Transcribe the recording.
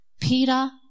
Peter